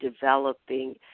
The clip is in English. developing